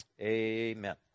Amen